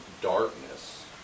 darkness